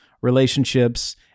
relationships